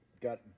got